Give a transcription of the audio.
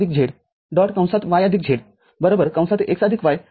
y z x y